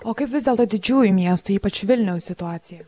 o kaip vis dėlto didžiųjų miestų ypač vilniaus situacija